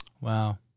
Wow